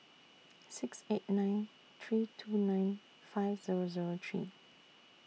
six eight nine three two nine five Zero Zero three